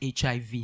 HIV